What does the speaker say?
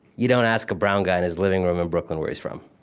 you don't ask a brown guy, in his living room in brooklyn, where he's from.